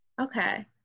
Okay